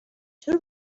چرا